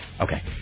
Okay